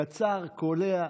קצר, קולע.